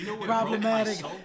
Problematic